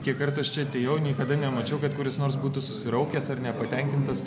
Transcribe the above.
kiek kartų aš čia atėjau niekada nemačiau kad kuris nors būtų susiraukęs ar nepatenkintas